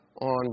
on